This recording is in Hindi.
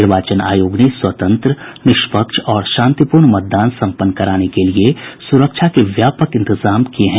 निर्वाचन आयोग ने स्वतंत्र निष्पक्ष और शांतिपूर्ण मतदान सम्पन्न कराने के लिये सुरक्षा के अभूतपूर्व इंतजाम किये हैं